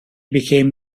became